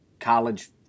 college